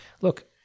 look